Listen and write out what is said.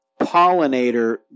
pollinator